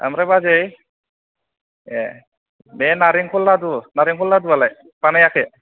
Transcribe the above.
ओमफ्राय बाजै ए बे नारेंखल लादु नारेंखल लादुआलाय बानायाखै